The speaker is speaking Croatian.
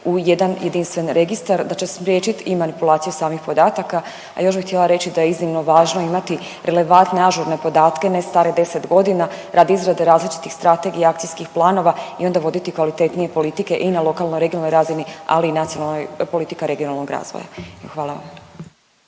u jedan jedinstven registar, da će spriječit i manipulaciju samih podataka, a još bi htjela reći da je iznimno važno imati relevantne ažurne podatke, ne stare 10 godina radi izrade različitih strategija i akcijskih planova i onda voditi kvalitetnije politike i na lokalnoj regionalnoj razini ali i nacionalnoj, politika regionalnog razvoja. Hvala vam.